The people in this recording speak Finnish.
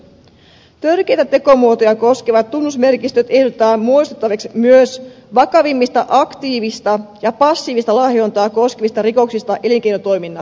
törkeitä tekomuotoja koskevat tunnusmerkistöt ehdotetaan muodostettavaksi myös vakavimmista aktiivista ja passiivista lahjontaa koskevista rikoksista elinkeinotoiminnassa